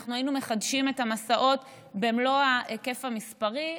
אנחנו היינו מחדשים את המסעות במלוא ההיקף המספרי,